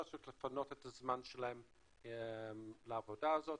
צריכים לפנות את הזמן שלהם לעבודה הזאת.